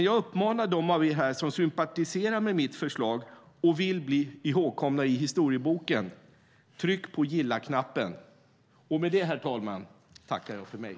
Jag uppmanar de av er här som sympatiserar med mitt förslag och vill bli ihågkomna i historieboken: Tryck på gillaknappen! Med det, herr talman, tackar jag för mig.